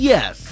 Yes